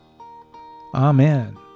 Amen